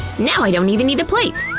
now i don't even need a plate.